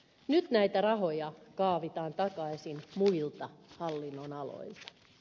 nyt näitä rahoja kaavitaan takaisin muilta hallinnonaloilta